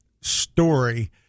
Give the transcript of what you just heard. story